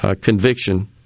conviction